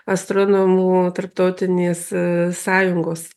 astronomų tarptautinės sąjungos